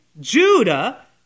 Judah